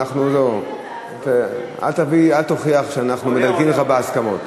אל תוכיח שאנחנו מדלגים לך בהסכמות.